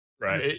right